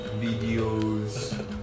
Videos